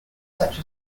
such